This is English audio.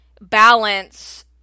balance